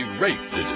raped